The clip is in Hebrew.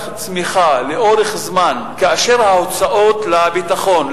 צמיחה לאורך זמן כאשר ההוצאות לביטחון,